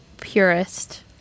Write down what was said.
purist